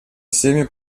всеми